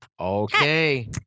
okay